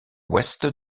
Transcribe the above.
ouest